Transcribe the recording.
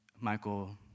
Michael